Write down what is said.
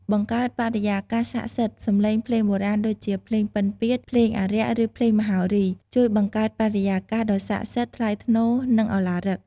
បង្កើតបរិយាកាសស័ក្ដិសិទ្ធិ សំឡេងភ្លេងបុរាណដូចជា ភ្លេងពិណពាទ្យ ភ្លេងអារក្ស ឬភ្លេងមហោរី ជួយបង្កើតបរិយាកាសដ៏ស័ក្ដិសិទ្ធិ ថ្លៃថ្នូរ និងឱឡារិក។